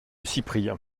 cyprien